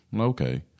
Okay